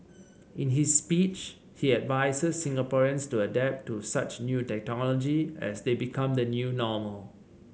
in his speech he advises Singaporeans to adapt to such new technology as they become the new normal